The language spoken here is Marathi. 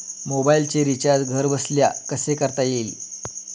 मोबाइलचे रिचार्ज घरबसल्या कसे करता येईल?